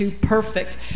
perfect